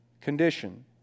condition